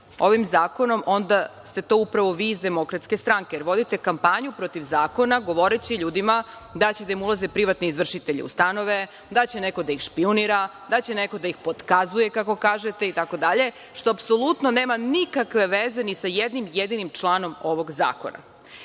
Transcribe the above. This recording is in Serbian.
ovim zakonom, onda ste to upravo vi iz DS, jer vodite kampanju protiv zakona govoreći ljudima da će da im ulaze privatni izvršitelji u stanove, da će neko da ih špijunira, da će neko da ih potkazuje, kako kažete, itd, što apsolutno nema nikakve veze ni sa jednim jedinim članom ovog zakona.